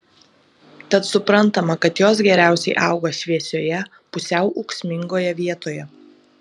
tad suprantama kad jos geriausiai auga šviesioje pusiau ūksmingoje vietoje